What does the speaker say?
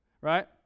right